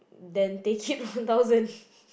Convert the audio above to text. then take it one thousand